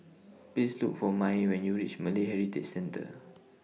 Please Look For Mai when YOU REACH Malay Heritage Centre